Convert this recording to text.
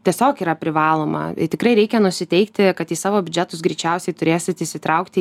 tiesiog yra privaloma tikrai reikia nusiteikti kad į savo biudžetus greičiausiai turėsit įsitraukti